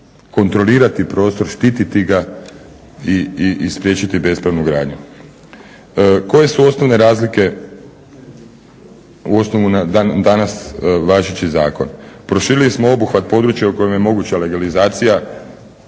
kontrolirati prostor, štiti ga i spriječiti bespravnu gradnju. Koje su osnovne razlike u osnovu na danas važeći zakon? Proširili smo obuhvat područja u kojem je moguća legalizacija,